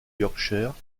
yorkshire